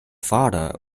father